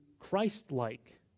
Christ-like